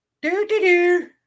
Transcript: Do-do-do